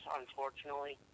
unfortunately